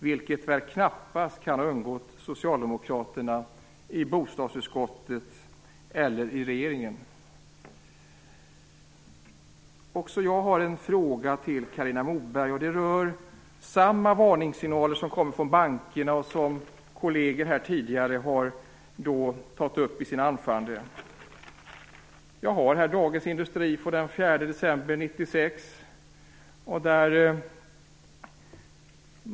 Det kan väl knappast ha undgått socialdemokraterna i bostadsutskottet eller regeringen. Också jag har en fråga till Carina Moberg. Den rör samma varningssignaler som kommer från bankerna, och som kolleger här tidigare har tagit upp i sina anföranden. Jag har här Dagens Industri från den 4 december 1996.